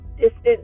distance